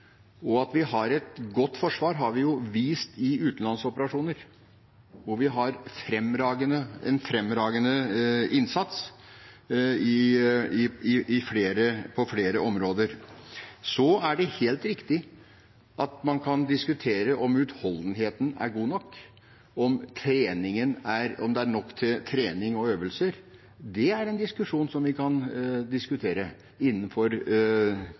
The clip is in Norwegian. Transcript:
Og at vi har et godt forsvar, har vi jo vist i utenlandsoperasjoner, hvor vi har gjort en fremragende innsats på flere områder. Så er det helt riktig at man kan diskutere om utholdenheten er god nok, og om det er nok trening og øvelser. Det er noe vi kan diskutere innenfor normale rammer, men ikke tabloidisere det, slik som